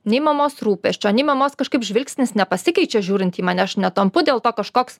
nei mamos rūpesčio nei mamos kažkaip žvilgsnis nepasikeičia žiūrint į mane aš netampu dėl to kažkoks